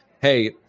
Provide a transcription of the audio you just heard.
hey